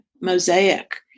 mosaic